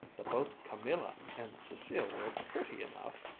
that both camilla and cecile were pretty enough,